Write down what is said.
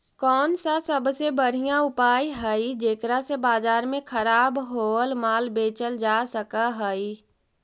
कौन सा सबसे बढ़िया उपाय हई जेकरा से बाजार में खराब होअल माल बेचल जा सक हई?